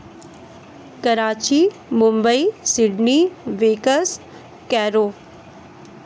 Karachi Mumbai Sydney वेकस Cairo